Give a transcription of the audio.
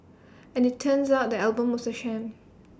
as IT turns out the album was A sham